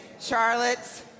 Charlotte's